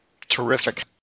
Terrific